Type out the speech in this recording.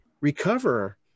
recover